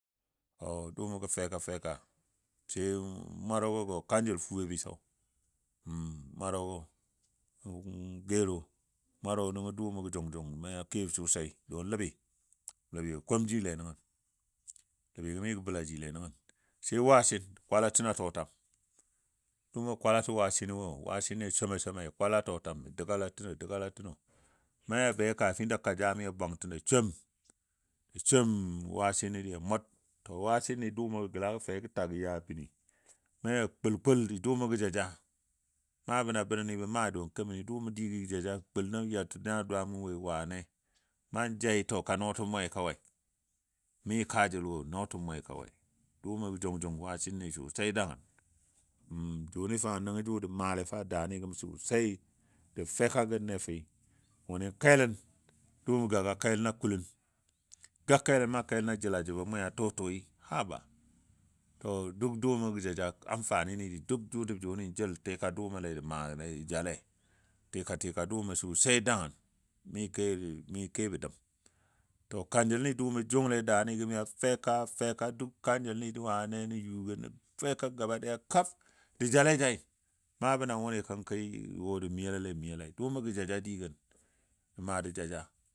Duumɔ gɔ feka sai n mwarogɔ go kanjəl fubebi so mwarogɔ gero. Mwarogɔ nəngɔ dʊʊmɔ gə jʊng jʊng me kebɔ sosai don ləbɨ, ləbɨgo komjile nəngən ləbɨgɔ migə bəla jile nəngən sai wasin kwala tino tɔtwam. Dʊʊmoɔ kwala sə wasin wo wasin ni a soma somai. Kwala tɔtwam dəgala təno dəgala təno mai ɓe kafin ja ka tammi bwangtən a som, som wasini dɨɨ a mʊr, to wasini dʊʊmo gə gəla gə fe ta ya bəni. Na ja kulkul dɨi dʊʊmɔgɔ gə jaja maabɔ na bənɔ ni bə maa don kəməni dʊʊmɔ digɨ gə jaja, kul ya tin nya dwaamo woi wane. Nan jai to ka nɔɔtəm mwe kawai mi kaajəl wo nɔɔtəm mwe kawai. Dʊʊmɔ gə jʊng jʊng wasin ni sosai dəngən jʊni fa nəngɔ jʊ jə maalei fa daani gəmi sosai, də feka gənle fəi wʊuni kelən dʊʊmɔ gɔ gaga keləna kulən. Ga kelən na kelən a jəla jəbɔ mʊ a tʊtʊi, haba to duk dʊʊmɔ gə jaja amfani ni duk dʊʊmɔ jʊni jəl tika dʊʊmɔle da maale jə jale, tika tika dʊʊmɔ sosai dəngən mi kel kebɔ dəm. To kaanjəlni dʊʊmɔ jʊngle daani gəmi a feka feka duk kanjəlni na yugən feka gaba daya kab də. jale jaii maaɔ na wʊni kənki jə wo jə miyolale miyolai, dʊʊmɔ gə jaja digən, da maa də jaja